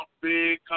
big